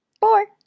four